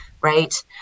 Right